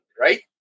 right